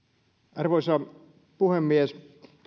arvoisa puhemies